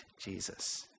Jesus